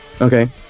Okay